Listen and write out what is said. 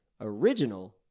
original